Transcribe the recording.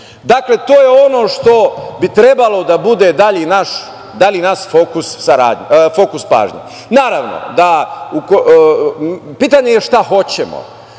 Dakle, to je ono što bi trebalo da bude dalji naš fokus pažnje. Pitanje je šta hoćemo.